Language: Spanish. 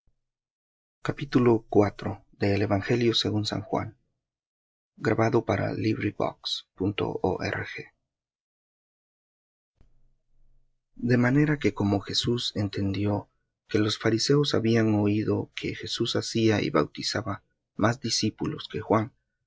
capítulo de manera que como jesús entendió que los fariseos habían oído que jesús hacía y bautizaba más discípulos que juan